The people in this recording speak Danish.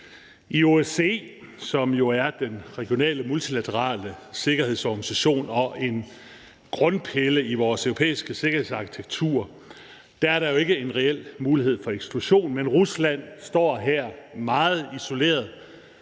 I OSCE, som jo er den regionale multilaterale sikkerhedsorganisation og en grundpille i vores europæiske sikkerhedsarkitektur, er der ikke en reel mulighed for eksklusion, men Rusland står her meget isoleret,